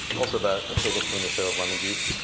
also about a tablespoon or so of lemon juice.